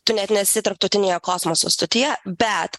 tu net nesi tarptautinėje kosmoso stotyje bet